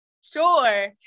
sure